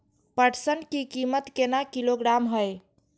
पटसन की कीमत केना किलोग्राम हय?